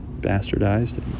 bastardized